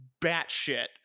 batshit